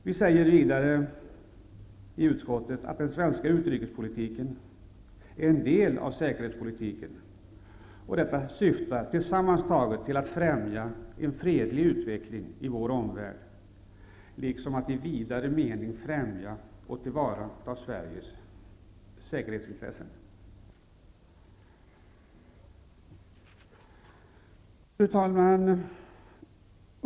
Vidare säger utskottet: Den svenska utrikespolitiken är en del av säkerhetspolitiken och syftar till att främja en fredlig utveckling i vår omvärld, liksom att i vidare mening främja och tillvarata Sveriges säkerhetsintressen. Fru talman!